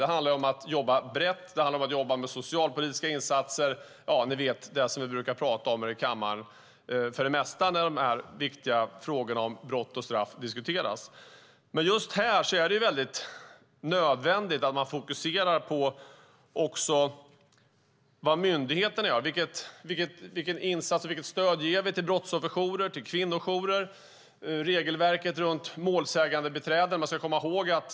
Det handlar om att jobba brett och med socialpolitiska insatser - sådant vi brukar prata om i kammaren när de viktiga frågorna om brott och straff diskuteras. Just i det här fallet är det nödvändigt att fokusera på vad myndigheterna gör. Vilket stöd ger vi till brottsofferjourer och kvinnojourer? Vidare har vi regelverket för målsägandebiträden.